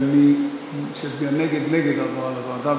ומי שיצביע נגד, נגד העברה לוועדה.